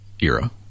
era